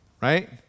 right